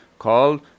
Called